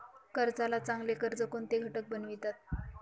कर्जाला चांगले कर्ज कोणते घटक बनवितात?